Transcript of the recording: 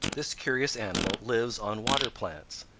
this curious animal lives on water plants.